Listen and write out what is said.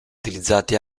utilizzati